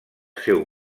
seu